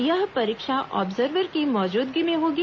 यह परीक्षा ऑब्जर्वर की मौजूदगी में होगी